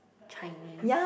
Chinese